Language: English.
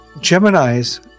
Gemini's